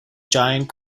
giant